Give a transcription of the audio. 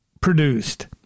produced